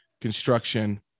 construction